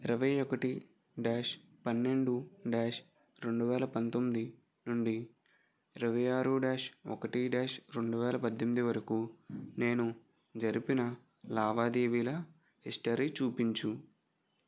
ఇరవై ఒకటి డాష్ పన్నెండు డాష్ రెండువేల పంతొమ్మిది నుండి ఇరవై ఆరు డాష్ ఒకటి డాష్ రెండువేల పద్దెనిమిది వరకు నేను జరిపిన లావాదేవీల హిస్టరీ చూపించు